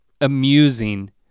amusing